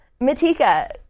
Matika